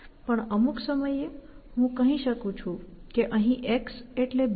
પણ અમુક સમયે હું કહી શકું છું કે અહીં x એટલે B